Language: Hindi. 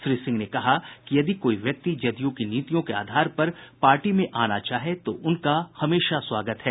श्री सिंह ने कहा कि यदि कोई व्यक्ति जदयू की नीतियों के आधार पर पार्टी में आना चाहे तो उनका हमेशा स्वागत है